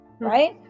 Right